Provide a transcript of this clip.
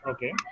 Okay